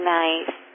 nice